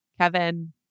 Kevin